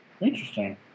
Interesting